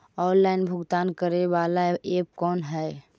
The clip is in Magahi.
ऑनलाइन भुगतान करे बाला ऐप कौन है?